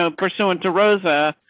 ah personal into rosa.